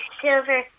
Silver